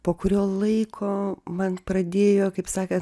po kurio laiko man pradėjo kaip saka